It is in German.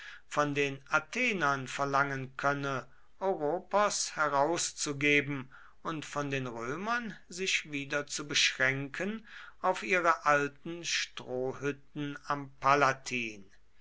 von den athenern verlangen könne oropos herauszugeben und von den römern sich wieder zu beschränken auf ihre alten strohhütten am palatin